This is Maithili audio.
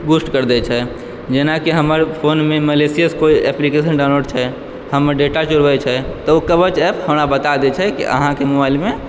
बूस्ट कर दै छै जेना कि हमर फोनमे मेलेसियस कोइ एप्लीकेशन डाउनलोड छै हमर डेटा चोरबै छै तऽ ओ कवच एप हमरा बता दै छै की अहाँके मोबाइलमे